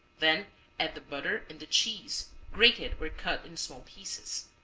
then add the butter and the cheese, grated or cut in small pieces.